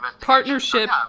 partnership